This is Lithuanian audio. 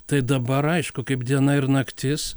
tai dabar aišku kaip diena ir naktis